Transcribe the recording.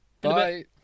bye